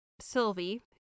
Sylvie